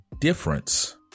difference